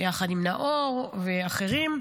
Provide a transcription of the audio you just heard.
יחד עם נאור ואחרים,